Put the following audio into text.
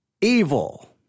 evil